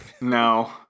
No